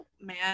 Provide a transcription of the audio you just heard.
man